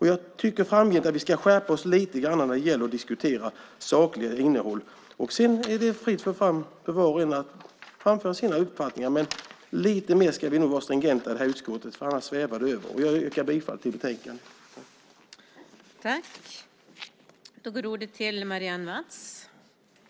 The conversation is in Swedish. Jag tycker att vi framgent ska skärpa oss lite grann när det gäller att diskutera sakligt innehåll. Sedan är det fritt fram för var och en att framföra sina uppfattningar, men lite mer stringenta ska vi nog vara i det här utskottet, annars svämmar det över. Jag yrkar bifall till förslaget i betänkandet.